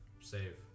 Save